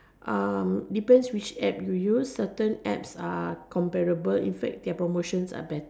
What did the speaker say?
um depends which App you use certain apps are comparable in fact their promotions are better